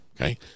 okay